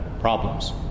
problems